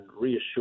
reassure